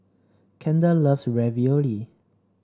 Kendall loves Ravioli